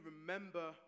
remember